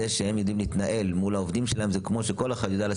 זה שהם יודעים להתנהל מול העובדים שלהם זה כמו שכל אחד ידע לשים